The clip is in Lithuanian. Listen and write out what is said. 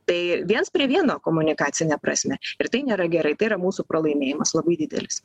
tai viens prie vieno komunikacine prasme ir tai nėra gerai tai yra mūsų pralaimėjimas labai didelis